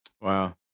Wow